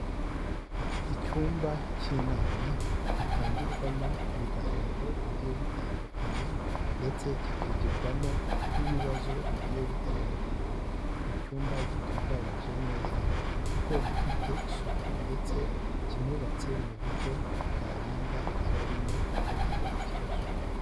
Icyumba cy'inama gitangirwamo ibiganiro bigiye bitandukanye ndetse kikigirwamo n'ibibazo bigiye bitandukanye, icyumba gitunganyije neza kuko gifite isuku ndetse kinubatse mu buryo bwarinda abarimo ntibagire ikibazo.